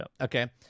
Okay